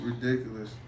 ridiculous